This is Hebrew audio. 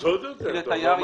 אז עוד יותר טוב.